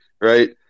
right